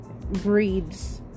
breeds